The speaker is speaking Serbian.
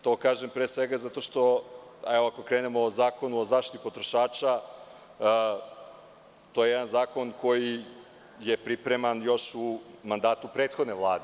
To kažem pre svega zato što, ako krenemo o Zakonu o zaštiti potrošača, to je jedan zakon koji je pripreman još u mandatu prethodne Vlade.